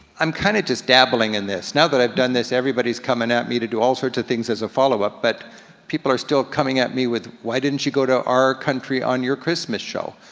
i'm kinda just dabbling in this. now that i've done this everybody's coming at me to do all sorts of things as a follow-up, but people are still coming at me with, why didn't you go to our country on your christmas show?